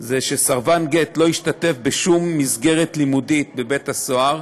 זה שסרבן גט לא ישתתף בשום מסגרת לימודית בבית-הסוהר.